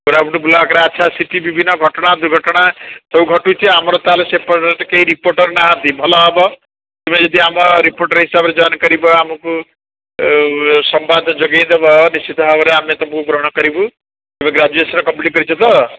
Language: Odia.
କୋରାପୁଟ ବ୍ଲକ୍ରେ ଆଚ୍ଛା ସେଠି ବିଭିନ୍ନ ଘଟଣା ଦୁର୍ଘଟଣା ସବୁ ଘଟୁଛି ଆମର ତାହେଲେ ସେପଟରେ ତ କେହି ରିପୋଟର୍ ନାହାନ୍ତି ଭଲ ହେବ ତୁମେ ଯଦି ଆମ ରିପୋଟର୍ ହିସାବରେ ଜଏନ୍ କରିବ ଆମକୁ ସମ୍ବାଦ ଯୋଗେଇ ଦେବ ନିଶ୍ଚିତ ଭାବରେ ଆମେ ତୁମକୁ ଗ୍ରହଣ କରିବୁ ତୁମେ ଗ୍ରାଜୁଏସନ୍ କମ୍ଲିଟ୍ କରିଛ ତ